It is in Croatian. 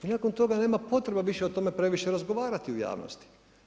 I nakon toga nema potreba više o tome previše razgovarati u javnosti.